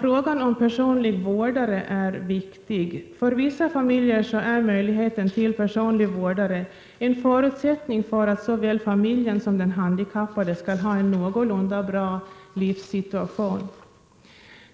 Frågan om personlig vårdare är viktig. För vissa familjer är möjligheten till personlig vårdare en förutsättning för att såväl familjen som den handikappade skall ha en någorlunda bra livssituation.